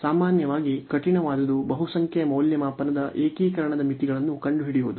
ಸಾಮಾನ್ಯವಾಗಿ ಕಠಿಣವಾದದು ಬಹುಸಂಖ್ಯೆಯ ಮೌಲ್ಯಮಾಪನದ ಏಕೀಕರಣ ಮಿತಿಗಳನ್ನು ಕಂಡುಹಿಡಿಯುವುದು